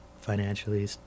financially